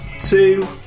two